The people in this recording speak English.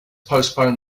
postpone